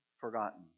forgotten